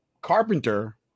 Carpenter